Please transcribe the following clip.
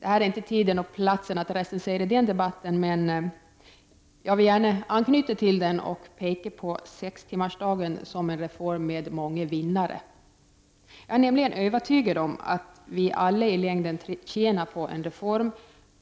Det är inte tid och plats att nu recensera den debatten, men jag vill anknyta till den och gärna peka på sextimmarsdagen som en reform med många vinnare. Jag är nämligen övertygad om att vi alla i längden tjänar på en reform